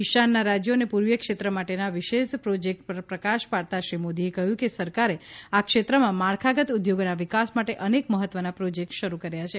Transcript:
ઈશાનનાં રાજ્યો અને પૂર્વીય ક્ષેત્ર માટેના વિશેષ પ્રોજેક્ટ્સ પર પ્રકાશ પાડતાં શ્રી મોદીએ કહ્યું કે સરકારે આ ક્ષેત્રમાં માળખાગત ઉદ્યોગોના વિકાસ માટે અનેક મહત્ત્વના પ્રોજેક્ટ શરૂ કર્યા છે